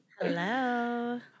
Hello